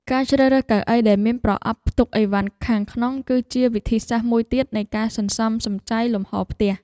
ការជ្រើសរើសកៅអីដែលមានប្រអប់ផ្ទុកឥវ៉ាន់ខាងក្នុងគឺជាវិធីសាស្ត្រមួយទៀតនៃការសន្សំសំចៃលំហរផ្ទះ។